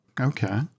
Okay